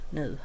nu